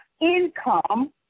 income